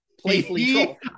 playfully